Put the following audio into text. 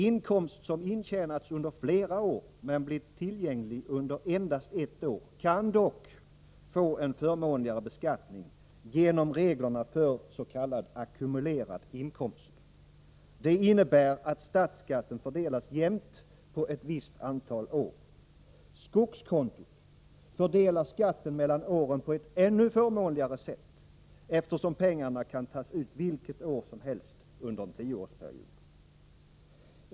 Inkomst som intjänats under flera år men blivit tillgänglig under endast ett år kan dock bli föremål för en förmånligare beskattning genom reglerna för s.k. ackumulerad inkomst. Det innebär att statsskatten fördelas jämnt på ett visst antal år. Skogskontot fördelar skatten mellan åren på ett ännu förmånligare sätt, eftersom pengarna kan tas ut vilket år som helst under en tioårsperiod.